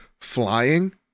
flying